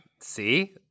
See